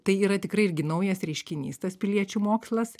tai yra tikrai irgi naujas reiškinys tas piliečių mokslas